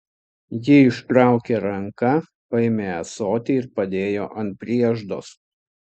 ji ištraukė ranką paėmė ąsotį ir padėjo ant prieždos